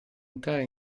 entrare